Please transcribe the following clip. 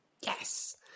yes